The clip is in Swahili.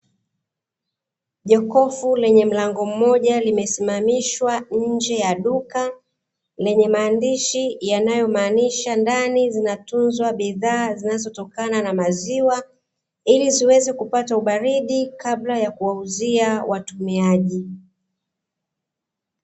Jokofu lenye mlango mmoja limesimamishwa nje ya duka, lenye maandishi yanayomaanisha ndani zinatunzwa bidhaa zinazotokana na maziwa, ili ziweze kupata ubaridi kabla ya kuwauzia watumiaji.